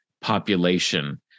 population